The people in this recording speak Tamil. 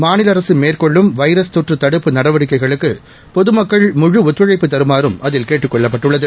மாநில அரசு மேற்கொள்ளும் வைரஸ் தொற்று தடுப்பு நடவடிக்கைகளுக்கு பொதுமக்கள் முழுஒத்துழைப்பு தருமாறும் அதில் கேட்டுக் கொள்ளப்பட்டுள்ளது